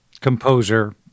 composer